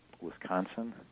Wisconsin